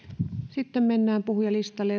sitten mennään puhujalistalle